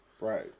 Right